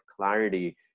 clarity